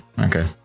okay